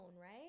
right